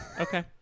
Okay